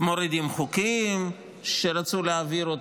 מורידים חוקים שרצו להעביר,